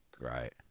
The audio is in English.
Right